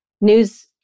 news